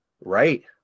Right